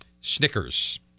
Snickers